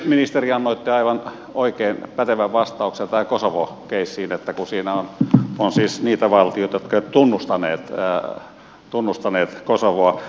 ministeri annoitte aivan oikein pätevän vastauksen tähän kosovo keissiin kun siinä on siis niitä valtioita jotka eivät ole tunnustaneet kosovoa